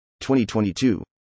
2022